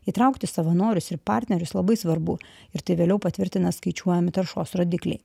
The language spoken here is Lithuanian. įtraukti savanorius ir partnerius labai svarbu ir tai vėliau patvirtina skaičiuojami taršos rodikliai